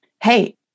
Hey